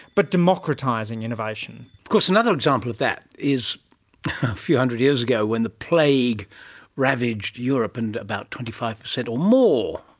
but democratising innovation. of course another example of that is a few hundred years ago when the plague ravaged europe and about twenty five percent or more,